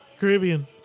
Caribbean